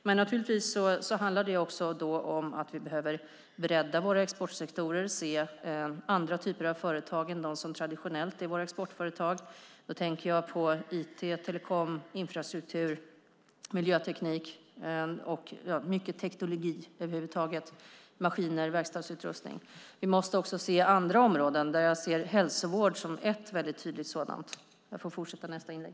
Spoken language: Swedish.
Men det handlar naturligtvis om att vi behöver bredda våra exportsektorer och se andra typer av företag än de som traditionellt är våra exportföretag. Jag tänker på it, telekom, infrastruktur, miljöteknik och mycket teknologi över huvud taget, maskiner och verkstadsutrustning. Vi måste också se andra områden. Där ser jag hälsovård som ett tydligt sådant. Jag får fortsätta i nästa inlägg.